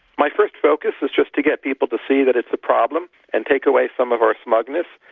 my first focus is just to get people to see that it's a problem, and take away some of our smugness,